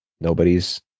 nobody's